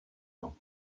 gens